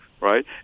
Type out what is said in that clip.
right